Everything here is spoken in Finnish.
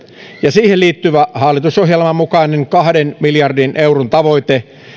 ja siihen liittyvä hallitusohjelman mukainen kahden miljardin euron tavoite